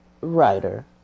Writer